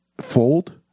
fold